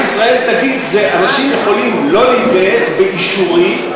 ישראל תגיד: אנשים יכולים לא להתגייס באישורי,